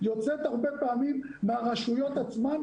יוצאת מהרשויות עצמן,